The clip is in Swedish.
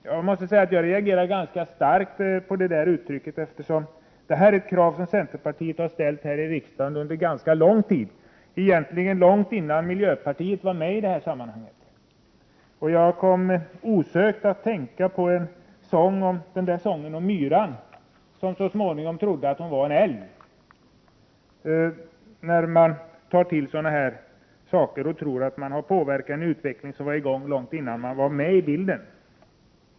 Jag reagerade ganska starkt, eftersom centerpartiet i detta avseende har ställt krav här i riksdagen under ganska lång tid, långt innan miljöpartiet var med i sammanhanget. När man tar till sådana här påståenden och tror att man har påverkat en utveckling långt innan man var med i bilden, kommer jag osökt att tänka på sången om myran som så småningom trodde att hon var en älg.